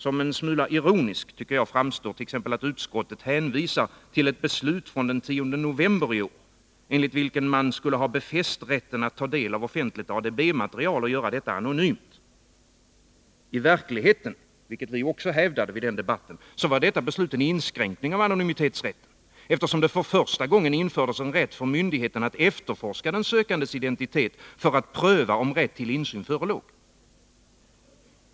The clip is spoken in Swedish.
Som en smula ironiskt framstår t.ex. att utskottet hänvisar till ett beslut från den 10 november i år, enligt vilket man skulle ha befäst rätten att ta del av offentligt ADB-material och göra detta anonymt. I verkligheten var detta beslut en inskränkning av anonymitetsrätten, vilket vi hävdade vid den debatten, eftersom det för första gången infördes en rätt för myndigheten att efterforska den sökandes identitet för att pröva om rätt till insyn förelåg.